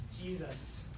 Jesus